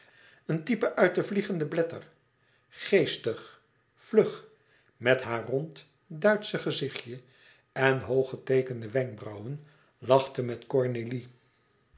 een type uit de fliegende blätter geestig vlug met haar rond duitsche gezichtje en hoog geteekende wenkbrauwen lachte met cornélie